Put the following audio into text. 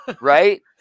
Right